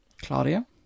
Claudia